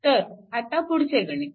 तर आता पुढचे गणित